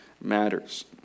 matters